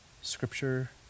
scripture